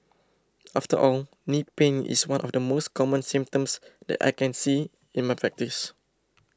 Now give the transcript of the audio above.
after all knee pain is one of the most common symptoms that I can see in my practice